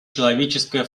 человеческая